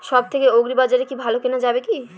সব থেকে আগ্রিবাজারে কি ভালো কেনা যাবে কি?